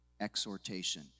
exhortation